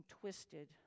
twisted